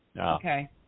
okay